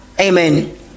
Amen